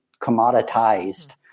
commoditized